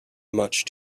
much